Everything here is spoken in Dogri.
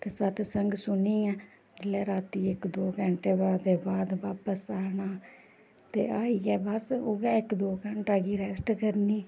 ते सतसंग सुनियै जेल्लै रातीं इक दो घैंटे बाद बापस आना ते आइयै बस उ'यै इक दो घैंटा गी रैस्ट करनी